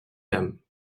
dames